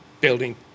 building